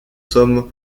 sommes